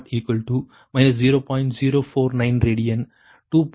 0495 radian 2